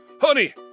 Honey